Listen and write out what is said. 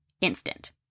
instant